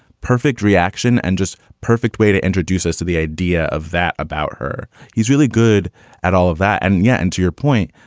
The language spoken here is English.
perfect reaction and just perfect way to introduce us to the idea of that about her. he's really good at all of that. and yeah. and to your point,